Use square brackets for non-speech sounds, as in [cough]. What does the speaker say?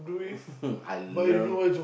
[laughs] I love